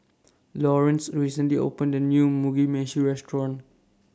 Lawrance recently opened The New Mugi Meshi Restaurant